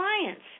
clients